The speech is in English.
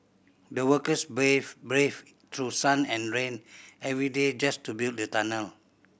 the workers braved brave through sun and rain every day just to build the tunnel